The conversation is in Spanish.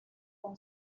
con